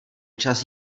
čas